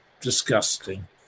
disgusting